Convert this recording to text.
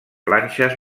planxes